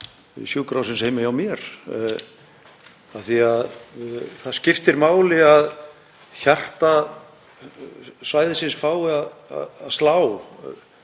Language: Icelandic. sjúkrahússins heima hjá mér, af því að það skiptir máli að hjarta svæðisins fái að slá.